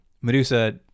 medusa